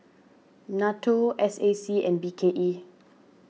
Nato S A C and B K E